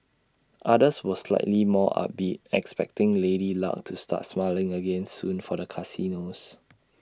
others were slightly more upbeat expecting lady luck to start smiling again soon for the casinos